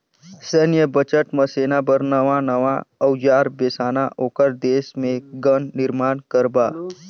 सैन्य बजट म सेना बर नवां नवां अउजार बेसाना, ओखर देश मे गन निरमान करबा